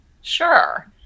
Sure